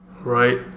right